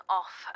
off